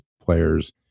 players